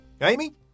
Amy